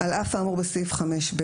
על אף האמור בסעיף 5(ב),